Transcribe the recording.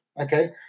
okay